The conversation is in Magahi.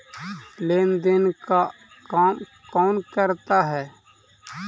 लेन देन का काम कौन करता है?